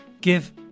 give